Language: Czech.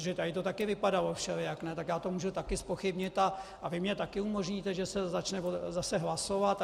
Protože tady to také vypadalo všelijak, no tak já to mohu také zpochybnit a vy mně také umožníte, že se začne zase hlasovat?